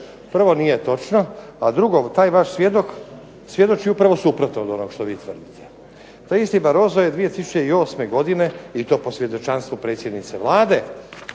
prvo nije točno. A drugo taj vaš svjedok svjedoči upravo suprotno od onog što vi tvrdite. Taj isti Barroso je 2008. godine i to po svjedočanstvu predsjednice Vlade,